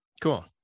cool